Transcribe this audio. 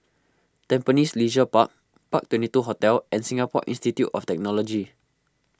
Tampines Leisure Park Park Twenty two Hotel and Singapore Institute of Technology